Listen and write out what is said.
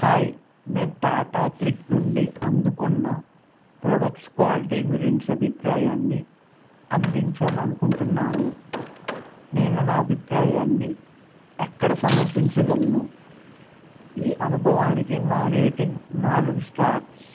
hi నేను Tata Cliq నుండి అందుకున్న ప్రొడక్ట్స్ క్వాల్టీ గురించి అభిప్రాయాన్ని అందించాలనుకుంటున్నాను నేను నా అభిప్రాయాన్ని ఎక్కడ సమర్పించగలను ఈ అనుభవానికి నా రేటింగ్ నాలుగు స్టార్స్